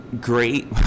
great